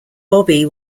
bobbie